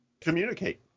Communicate